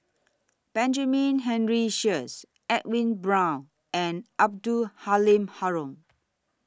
Benjamin Henry Sheares Edwin Brown and Abdul Halim Haron